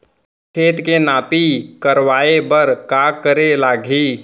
खेत के नापी करवाये बर का करे लागही?